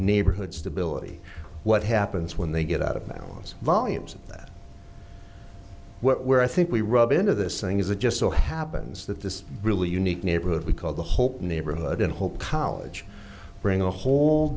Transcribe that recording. neighborhood stability what happens when they get out of balance volumes that what where i think we rub into this thing is that just so happens that this really unique neighborhood we call the whole neighborhood in whole college bring a whole